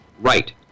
Right